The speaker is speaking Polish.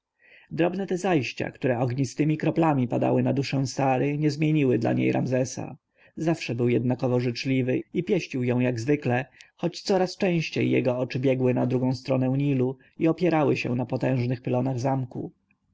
drobne te zajścia które ognistemi kroplami padały na duszę sary nie zmieniły dla niej ramzesa zawsze był jednakowo życzliwy i pieścił ją jak zwykle choć coraz częściej jego oczy biegły na drugą stronę nilu i opierały się na potężnych pylonach zamku